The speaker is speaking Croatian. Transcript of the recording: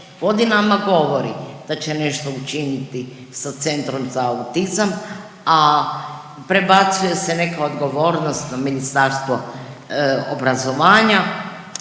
godinama govori da će nešto učiniti sa Centrom za autizam, a prebacuje se neka odgovornost na Ministarstvo obrazovanje